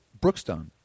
Brookstone